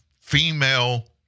female